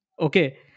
Okay